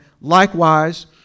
Likewise